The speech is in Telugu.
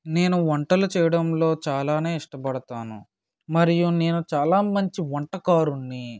నేను వంటలు చేయడంలో చాలా ఇష్టపడతాను మరియు నేను చాలా మంచి వంట కారుడిని